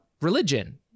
religion